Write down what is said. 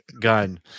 gun